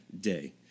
day